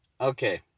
Okay